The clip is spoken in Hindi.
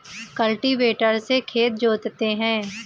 कल्टीवेटर से खेत जोतते हैं